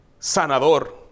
sanador